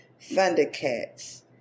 Thundercats